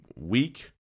week